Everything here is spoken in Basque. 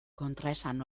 kontraesan